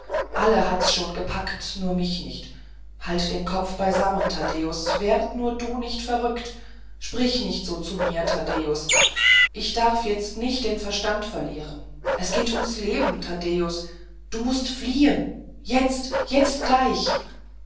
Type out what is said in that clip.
alle hat's schon gepackt nur mich nicht halt den kopf beisamm taddäus werd nur du nicht verrückt sprich nicht so zu mir taddäus ich darf jetzt nicht den verstand verlieren es geht ums leben taddäus du mußt fliehen jetzt jetzt gleich